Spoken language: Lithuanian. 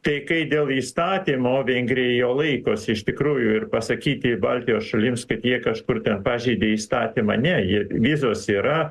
tai kai dėl įstatymo vengrija jo laikosi iš tikrųjų ir pasakyti baltijos šalims kad jie kažkur ten pažeidė įstatymą ne jie vizos yra